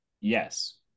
Yes